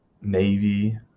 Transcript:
Navy